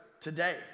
today